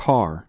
Car